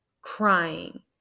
crying